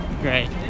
Great